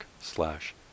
slash